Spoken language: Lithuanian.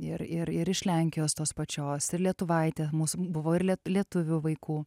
ir ir ir iš lenkijos tos pačios ir lietuvaitė mūsų buvo ir lietuvių vaikų